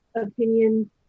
opinion